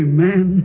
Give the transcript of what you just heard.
Amen